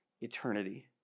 eternity